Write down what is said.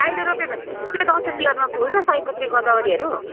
अहिले रोप्यो भने ठिक्कै दसैँ तिहारमा फुल्छ सयपत्री गदावरीहरू